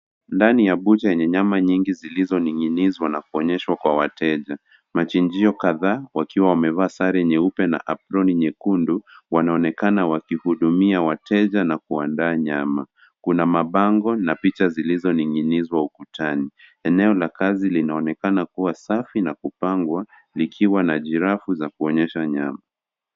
Ndani ya butcha yenye nyama nyingi zilizoning'inzwa na kuonyeshwa kwa wateja. Wachinjio kadhaa wakiwa wamevaa sare nyeupe na aproni nyekundu wanaonekana wakihudumia wateja na kuandaa nyama. Kuna maabngo na picha zilizoning'inizwa ukutani. Eneo la kazi linaonekana kuwa safi na kupangwa likiwa na jirafu za kuonyesha nyama.